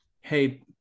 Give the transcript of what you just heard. hey